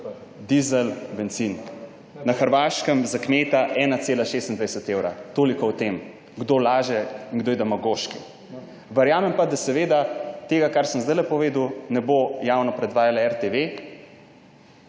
dizel, bencin. Na Hrvaškem za kmeta 1,26 evra. Toliko o tem, kdo laže in kdo je demagoški. Verjamem pa, da tega, kar sem zdajle povedal, ne bo javno predvajala RTV,